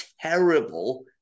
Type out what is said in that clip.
terrible